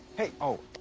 hey. oh.